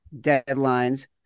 deadlines